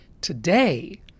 Today